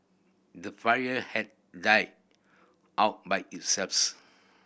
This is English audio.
the fire had died out by it selves